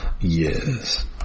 Yes